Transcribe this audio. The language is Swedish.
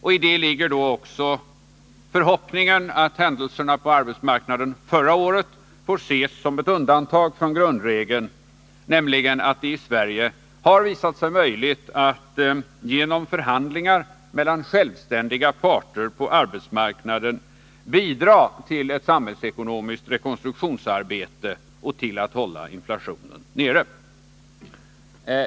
I det ligger då också förhoppningen att händelserna på arbetsmarknaden förra året får ses som ett undantag från grundregeln, nämligen att det i Sverige har visat sig möjligt att genom förhandlingar mellan självständiga parter på arbetsmarknaden bidra till ett samhällsekonomiskt rekonstruktionsarbete och till att hålla inflationen nere.